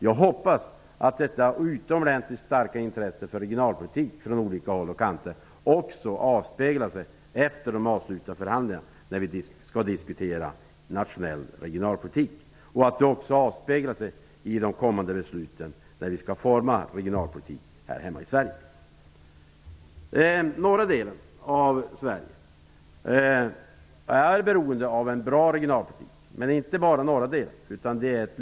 Jag hoppas att detta utomordentligt starka intresse från olika håll och kanter också håller i sig efter de avslutande förhandlingarna, då vi skall diskutera nationell regionalpolitik. Jag hoppas att intresset också avspeglar sig i de kommande besluten, när vi skall forma regionalpolitiken här hemma i Sverige. Norra Sverige är beroende av en bra regionalpolitik. Men regionalpolitiken handlar inte bara om de norra delarna.